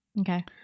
Okay